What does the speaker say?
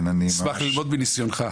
אשמח ללמוד מניסיונך.